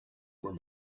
were